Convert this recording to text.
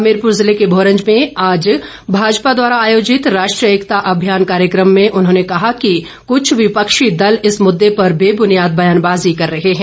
हमीरपुर जिले के भोरंज में आज भाजपा द्वारा अयोजित राष्ट्रीय एकता अभियान कार्यकम में उन्होंने कहा कि कुछ विपक्षी दल इस मुद्दे पर बेबुनियाद बयानबाजी कर रहे हैं